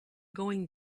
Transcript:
going